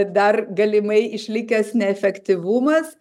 dar galimai išlikęs neefektyvumas